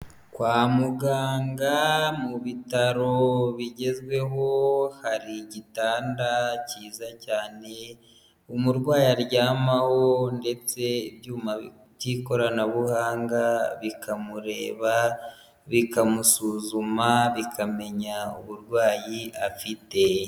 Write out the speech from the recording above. Kwa muganga mu bitaro bigezweho hari igitanda kiza cyane umurwayi aryamaho, ndetse ibyuma by'ikoranabuhanga bikamureba, bikamusuzuma ,bikamenya uburwayi afite.